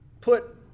put